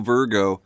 Virgo